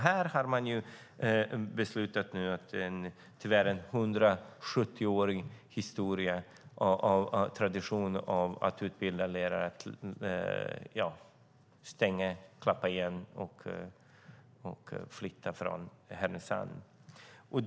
Här har man tyvärr beslutat att en 170-årig tradition av att utbilda lärare ska klappa igen och flytta från Härnösand.